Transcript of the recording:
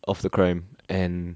of the crime and